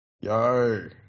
Yo